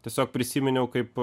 tiesiog prisiminiau kaip